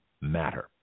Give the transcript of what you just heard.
matter